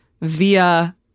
via